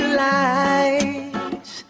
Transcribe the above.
lights